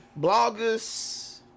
bloggers